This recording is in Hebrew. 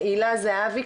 הילה זהבי,